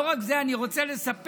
לא רק זה, אני רוצה לספר,